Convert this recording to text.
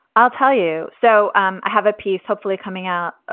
i'll tell you. so um i have a piece hopefully coming out.